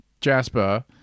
Jasper